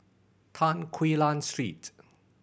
Tan Quee Lan Street